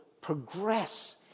progress